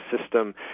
system